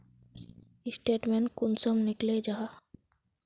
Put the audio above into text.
Statement कुंसम निकले जाहा?